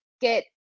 get